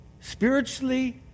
Spiritually